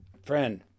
Friend